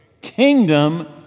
kingdom